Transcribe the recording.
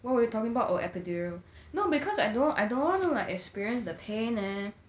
what were we talking about oh epidural no because I don't want I don't wanna like experience the pain eh